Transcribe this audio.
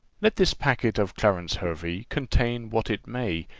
let this packet of clarence hervey contain what it may,